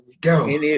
Go